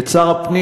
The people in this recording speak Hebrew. את שר הפנים,